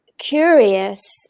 curious